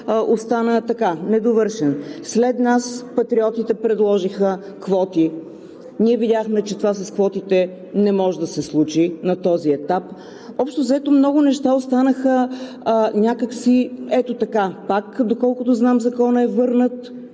остана така и недовършен. След нас Патриотите предложиха квоти. Ние видяхме, че това с квотите не може да се случи на този етап. Общо взето много неща останаха някак си ето така. Пак, доколкото знам, Законът е върнат.